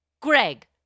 Greg